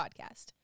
podcast